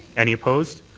any opposed?